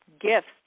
gifts